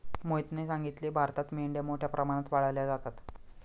मोहितने सांगितले, भारतात मेंढ्या मोठ्या प्रमाणात पाळल्या जातात